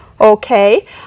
Okay